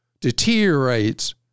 deteriorates